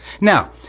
Now